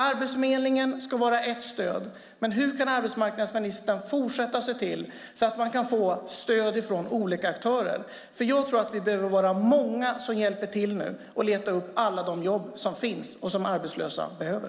Arbetsförmedlingen ska vara ett stöd, men hur kan arbetsmarknadsministern fortsätta se till att man kan få stöd från olika aktörer? Jag tror nämligen att vi nu behöver vara många som hjälper till och letar upp alla de jobb som finns och som arbetslösa behöver.